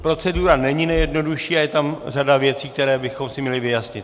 Procedura není nejjednodušší a je tam řada věcí, které bychom si měli vyjasnit.